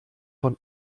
von